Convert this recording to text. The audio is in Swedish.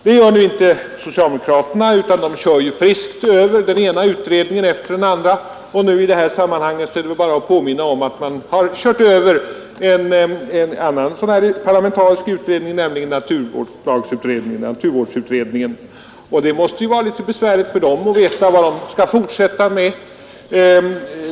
Det gör nu inte socialdemokraterna, utan de kör friskt över den ena utredningen efter den andra. I detta sammanhang kan jag påminna om att man har kört över en parlamentarisk utredning, nämligen naturvårdskommittén. Det måste ju vara besvärligt för den utredningen att få veta vad den skall fortsätta med.